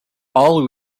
all